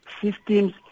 systems